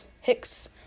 Hicks